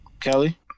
Kelly